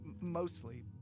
Mostly